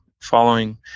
following